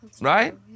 Right